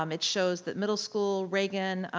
um it shows that middle school reagan,